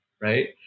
right